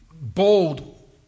bold